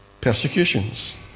persecutions